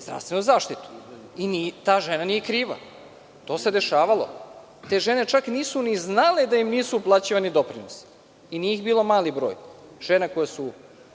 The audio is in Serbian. zdravstvenu zaštitu i ta žena nije kriva. To se dešavalo. Te žene čak nisu ni znale da im nisu uplaćivani doprinosi i nije ih bilo mali broj, žena koje su